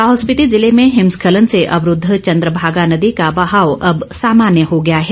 लाहौल स्पिति जिले में हिमस्खलन से अवरूद्ध चन्द्रभागा नदी का बहाव अब सामान्य हो गया है